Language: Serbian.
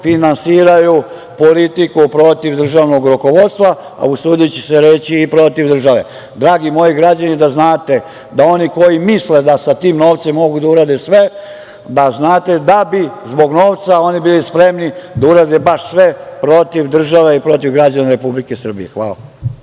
finansiraju politiku protiv državnog rukovodstva, a usudi ću se reći i protiv države. Dragi moji građani da znate, da oni koji misle da sa tim novcem mogu da urade sve, da znate da bi zbog novca oni bili spremni da urade baš sve protiv države i protiv građana Republike Srbije. Hvala